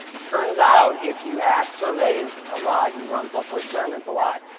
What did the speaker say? turns out if you ask surveys a lot, you run social experiments a lot,